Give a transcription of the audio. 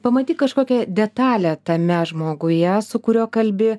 pamatyk kažkokią detalę tame žmoguje su kuriuo kalbi